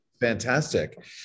fantastic